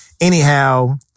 Anyhow